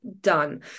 done